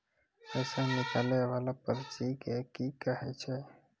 पैसा निकाले वाला पर्ची के की कहै छै?